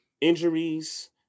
Injuries